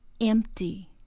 empty